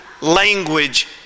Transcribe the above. language